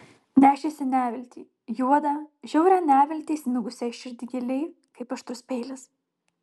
nešėsi neviltį juodą žiaurią neviltį įsmigusią į širdį giliai kaip aštrus peilis